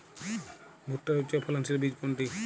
ভূট্টার উচ্চফলনশীল বীজ কোনটি?